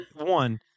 one